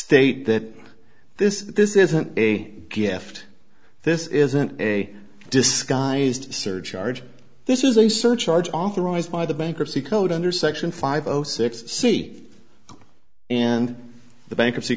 state that this this isn't a gift this isn't a disguised surcharge this is a surcharge authorized by the bankruptcy code under section five zero six c and the bankruptcy